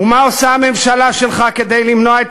ומה עושה הממשלה שלך כדי למנוע את